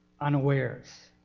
unawares